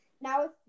Now